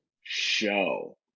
show